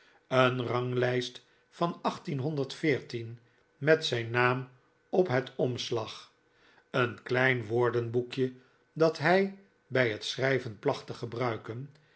een ranglijst van met zijn naam op het omslag een klein woordenboekje dat hij bij het schrijven placht te gebruiken